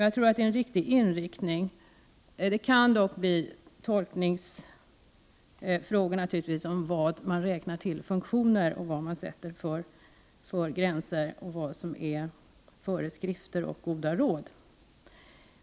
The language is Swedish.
Jag tror att inriktningen är den rätta. Det kan dock bli tolkningsfrågor om vad man skall räkna till funktioner, vad man sätter som gränser och vad som är föreskrifter och goda råd.